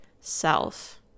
self